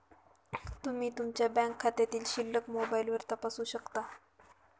तुम्ही तुमच्या बँक खात्यातील शिल्लक मोबाईलवर तपासू शकता